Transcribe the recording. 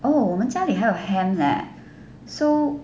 oo 我们家里还有 ham leh so